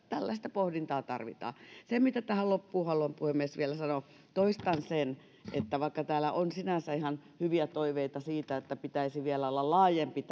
tällaista pohdintaa tarvitaan tähän loppuun haluan puhemies vielä sanoa toistan sen että vaikka täällä on sinänsä ihan hyviä toiveita siitä että tämän poisto oikeuden pitäisi olla vielä laajempi